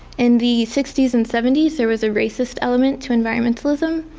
in the sixty s and seventy s there was a racist element to environmentalism.